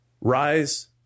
rise